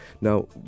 Now